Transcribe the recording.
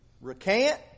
Recant